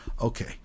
Okay